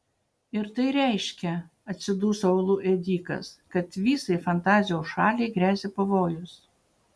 ir tai reiškia atsiduso uolų ėdikas kad visai fantazijos šaliai gresia pavojus